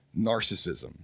narcissism